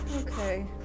Okay